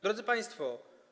Drodzy Państwo!